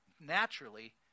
Naturally